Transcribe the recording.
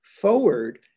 forward